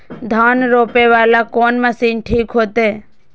धान रोपे वाला कोन मशीन ठीक होते?